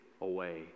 away